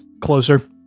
closer